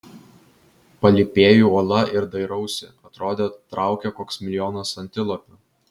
palypėju uola ir dairausi atrodė traukia koks milijonas antilopių